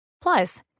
Plus